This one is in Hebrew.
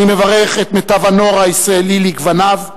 אני מברך את מיטב הנוער הישראלי לגווניו,